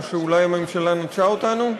או שאולי הממשלה נטשה אותנו?